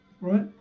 Right